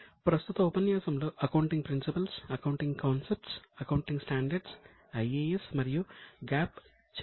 ప్రస్తుత ఉపన్యాసంలో accounting principles IAS మరియు GAAP చర్చించబడతాయి